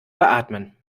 beatmen